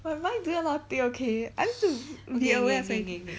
my mind doing a lot of thing okay I need to be aware of